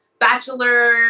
Bachelor